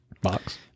Box